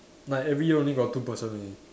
like every year only got two person only